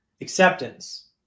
Acceptance